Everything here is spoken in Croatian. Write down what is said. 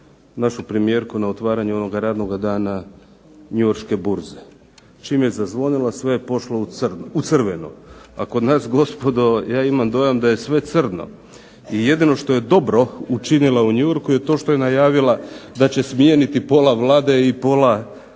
našu premijerku na otvaranju onoga radnoga dana njujorške burze, čim je zazvonila sve je pošlo u crveno, a kod nas gospodo ja imam dojam da je sve crno i jedino što je dobro učinila u New Yorku je to što je najavila da će smijeniti pola Vlade i pola